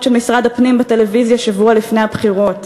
של משרד הפנים בטלוויזיה שבוע לפני הבחירות,